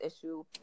issue